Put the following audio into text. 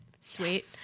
sweet